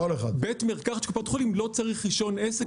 בית מרקחת של קופת חולים לא צריך רישיון עסק,